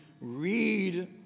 read